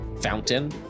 fountain